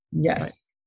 Yes